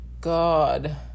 God